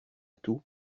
tout